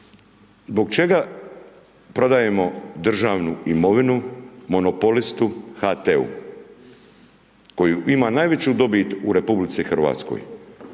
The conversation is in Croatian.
Zbog čega prodajemo državnu imovinu monopolistu HT-u koji ima najveću dobit u RH, 42% marže,